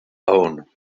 own